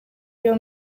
iyo